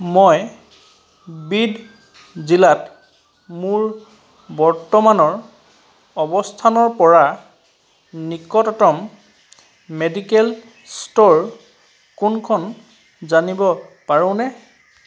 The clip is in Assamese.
মই বিদ জিলাত মোৰ বৰ্তমানৰ অৱস্থানৰ পৰা নিকটতম মেডিকেল ষ্ট'ৰ কোনখন জানিব পাৰোঁনে